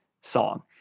song